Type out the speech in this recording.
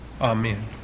Amen